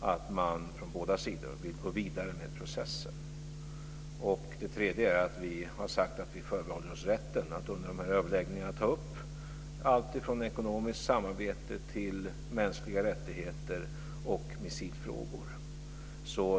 att man från båda sidor vill gå vidare med processen. Det tredje är att vi har sagt att vi förbehåller oss rätten att under de här överläggningarna ta upp allt från ekonomiskt samarbete till mänskliga rättigheter och missilfrågor.